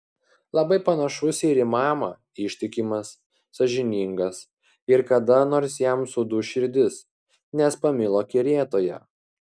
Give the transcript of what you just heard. labai panašus ir į mamą ištikimas sąžiningas ir kada nors jam suduš širdis nes pamilo kerėtoją